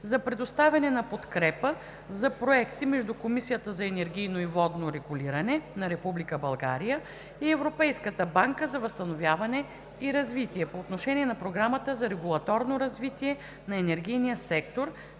за предоставяне на подкрепа за проекти между Комисията за енергийно и водно регулиране на Република България и Европейската банка за възстановяване и развитие по отношение на Програмата за регулаторно развитие на енергийния сектор,